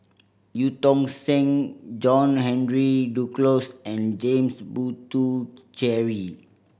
Eu Tong Sen John Henry Duclos and James Puthucheary